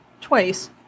twice